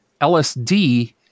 LSD